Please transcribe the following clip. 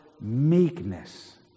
meekness